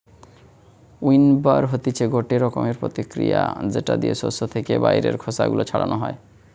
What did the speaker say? উইন্নবার হতিছে গটে রকমের প্রতিক্রিয়া যেটা দিয়ে শস্য থেকে বাইরের খোসা গুলো ছাড়ানো হয়